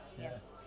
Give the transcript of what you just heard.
Yes